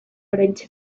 oraintxe